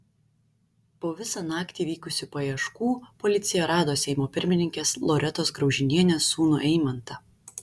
po visą naktį vykusių paieškų policija rado seimo pirmininkės loretos graužinienės sūnų eimantą